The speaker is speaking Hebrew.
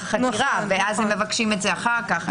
החקירה ואז הם מבקשים את זה אחר כך.